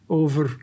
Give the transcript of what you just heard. over